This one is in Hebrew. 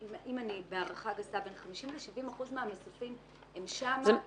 בהערכה גסה בין 50 ל-70 אחוזים מהמסופים שהם שם.